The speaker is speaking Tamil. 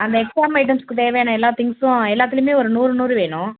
அந்த எக்ஸாம் ஐட்டம்ஸ்க்கு தேவையான எல்லா திங்க்ஸும் எல்லாத்துலையுமே ஒரு நூறு நூறு வேணும்